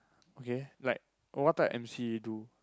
okay like what type of emcee do